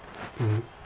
mmhmm